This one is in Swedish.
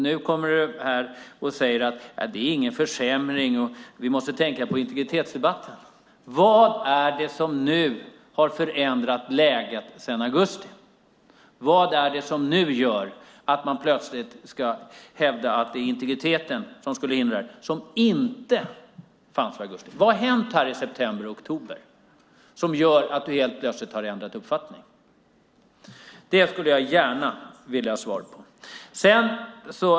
Nu säger du att det inte är någon försämring och att vi måste tänka på integritetsdebatten. Vad är det som har förändrat läget sedan augusti? Vad är det som finns nu, och som inte fanns i augusti, som gör att man plötsligt hävdar att integriteten skulle hindra detta? Vad har hänt i september och oktober som gör att du helt plötsligt har ändrat uppfattning? Det skulle jag gärna vilja ha svar på.